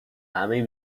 همه